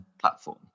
platform